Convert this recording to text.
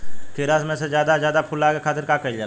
खीरा मे ज्यादा से ज्यादा फूल लगे खातीर का कईल जाला?